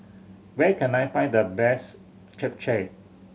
where can I find the best Japchae